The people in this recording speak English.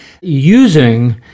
using